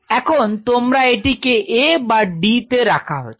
এখন তোমরা এটিকে A বা D তে রাখা হচ্ছে